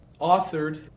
authored